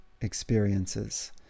experiences